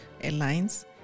airlines